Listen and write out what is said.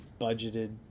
budgeted